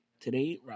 Today